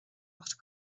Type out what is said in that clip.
ucht